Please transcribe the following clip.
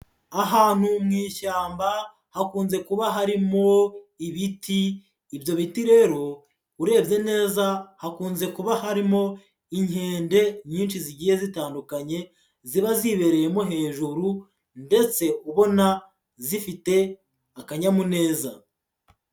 Ahantu mu ishyamba hakunze kuba harimo ibiti, ibyo biti rero urebye neza hakunze kuba harimo inkende nyinshi zigiye zitandukanye, ziba zibereyemo hejuru ndetse ubona zifite akanyamuneza.